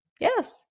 yes